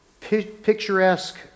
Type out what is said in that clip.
picturesque